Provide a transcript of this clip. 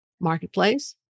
marketplace